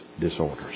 disorders